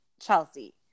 Chelsea